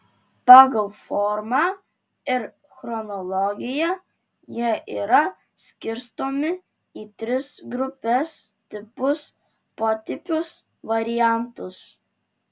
pagal formą ir chronologiją jie yra skirstomi į tris grupes tipus potipius variantus